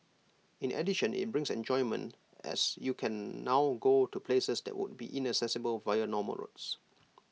in addition IT brings enjoyment as you can now go to places that would be inaccessible via normal roads